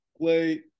play